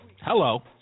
Hello